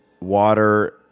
water